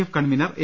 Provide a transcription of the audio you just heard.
F convener A